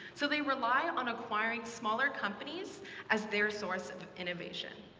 so they rely on acquiring smaller companies as their source of innovation.